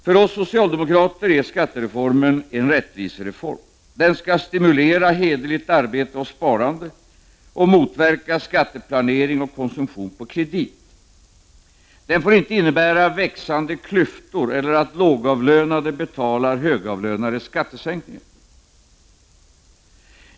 För oss socialdemokrater är skattereformen en rättvisereform. Den skall stimulera hederligt arbete och sparande och motverka skatteplanering och konsumtion på kredit. Den får inte innebära växande klyftor eller att lågavlönade betalar högavlö nades skattesänkningar.